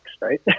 right